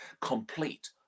complete